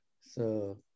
So-